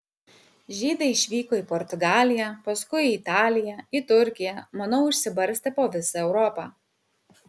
žydai išvyko į portugaliją paskui į italiją į turkiją manau išsibarstė po visą europą